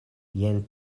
jen